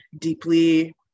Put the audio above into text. deeply